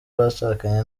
bashakanye